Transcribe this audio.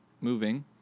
moving